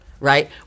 right